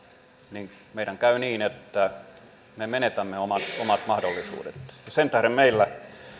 niin meidän käy niin että me menetämme omat omat mahdollisuutemme sen tähden meillä